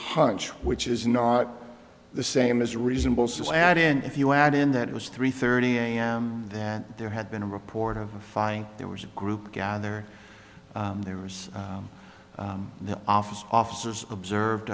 hunch which is not the same as reasonable so at in if you add in that it was three thirty am that there had been a report of a fine there was a group gather there was the officer officers observed